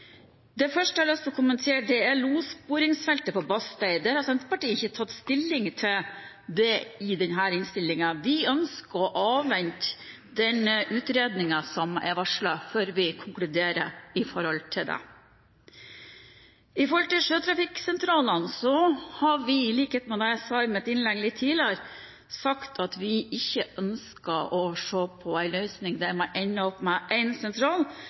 Det første jeg har lyst til å kommentere, er losbordingsfeltet på Bastøy. Senterpartiet har ikke tatt stilling til det i denne innstillingen. Vi ønsker å avvente den utredningen som er varslet, før vi konkluderer. Når det gjelder sjøtrafikksentralene, har vi, i likhet med det jeg sa i mitt innlegg litt tidligere, sagt at vi ikke ønsker å se på en løsning der man ender opp med én sentral,